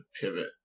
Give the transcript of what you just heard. pivot